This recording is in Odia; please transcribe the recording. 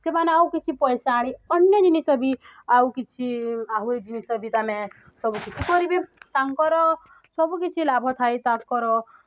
ସେମାନେ ଆଉ କିଛି ପଇସା ଆଣି ଅନ୍ୟ ଜିନିଷ ବି ଆଉ କିଛି ଆହୁରି ଜିନିଷ ବି ତୁମେ ସବୁ କିଛି କରିବେ ତାଙ୍କର ସବୁକିଛି ଲାଭ ଥାଏ ତାଙ୍କର